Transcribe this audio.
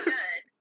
good